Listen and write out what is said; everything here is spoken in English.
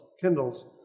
kindles